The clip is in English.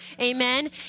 Amen